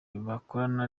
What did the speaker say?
bakoranye